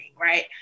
right